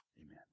amen